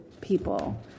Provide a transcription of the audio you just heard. people